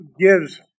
gives